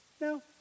No